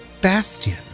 Bastion